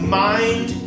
mind